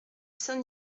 saint